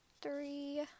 three